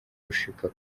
gushika